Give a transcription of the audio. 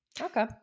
okay